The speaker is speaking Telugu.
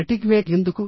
నెటిక్వేట్ ఎందుకు